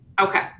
Okay